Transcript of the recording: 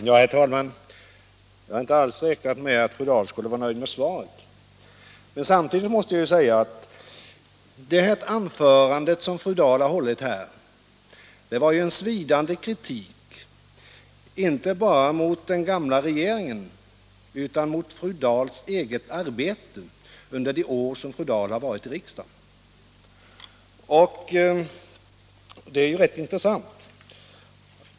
Herr talman! Jag hade inte alls räknat med att fru Dahl skulle vara nöjd med svaret. Men samtidigt måste jag säga att det anförande som fru Dahl nu har hållit är en svidande kritik inte bara mot den gamla regeringen utan också mot fru Dahls eget arbete under de år då fru Dahl har varit i riksdagen! Det är ju rätt intressant.